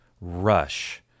rush